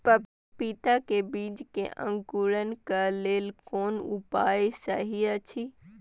पपीता के बीज के अंकुरन क लेल कोन उपाय सहि अछि?